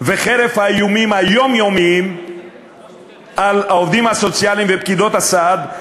וחרף האיומים היומיומיים על העובדים הסוציאליים ופקידות הסעד,